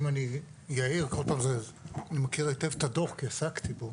אני מכיר היטב את הדוח כי עסקתי בו.